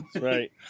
Right